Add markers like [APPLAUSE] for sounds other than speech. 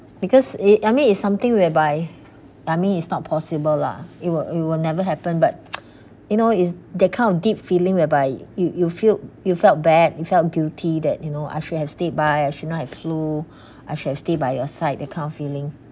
because it I mean it's something whereby I mean it's not possible lah it will it will never happen but [NOISE] you know is that kind of deep feeling whereby you you feel you felt bad you felt guilty that you know I should have stayed by I should not have flew I should have stay by your side that kind of feeling